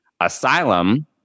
Asylum